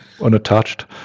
Unattached